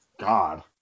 God